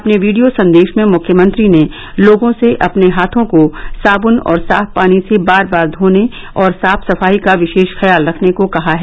अपने वीडियो संदेश में मुख्यमंत्री ने लोगों से अपने हाथों को साबुन और साफ पानी से बार बार धोने और साफ सफाई का विशेष ख्याल रखने को कहा है